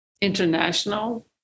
International